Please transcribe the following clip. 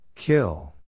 Kill